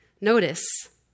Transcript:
Notice